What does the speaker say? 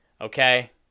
okay